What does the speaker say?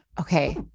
Okay